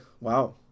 wow